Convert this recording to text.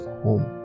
home